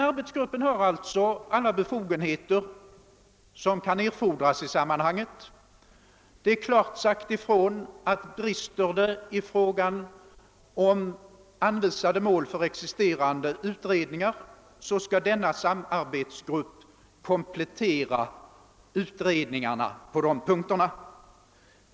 Arbetsgruppen har alltså alla befogenheter som kan erfordras i sammanhanget. Det har klart sagts ifrån att denna samarbetsgrupp, om det brister i fråga om anvisade mål för existerande utredningar, skall komplettera utredningarna på de punkterna.